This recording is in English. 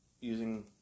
using